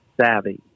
savvy